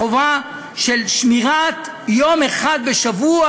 החובה של שמירת יום אחד בשבוע,